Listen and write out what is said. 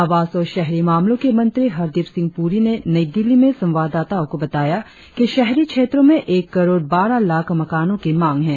आवास और शहरी मामलों के मंत्री हरदीप सिंह पुरी ने नई दिल्ली में संवाददाताओं को बताया कि शहरी क्षेत्रों में एक करोड़ बारह लाख मकानों की मांग है